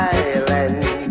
island